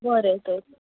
बरें तर